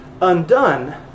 undone